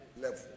level